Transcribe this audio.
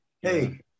hey